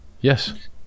yes